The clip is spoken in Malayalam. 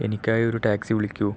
എനിക്കായി ഒരു ടാക്സി വിളിക്കൂ